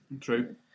True